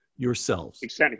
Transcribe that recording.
yourselves